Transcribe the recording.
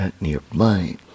nearby